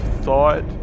thought